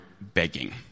begging